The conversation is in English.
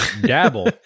dabble